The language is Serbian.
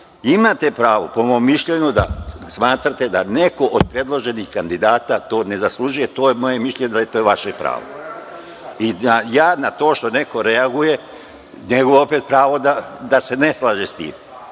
Imate pravo, po mom mišljenju, da smatrate da neko od predloženih kandidata to ne zaslužuje, to je moje mišljenje da je to vaše pravo i da ja na to što neko reaguje, njegovo je opet pravo da se ne slaže s tim,